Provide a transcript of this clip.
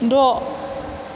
द'